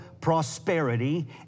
prosperity